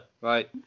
Right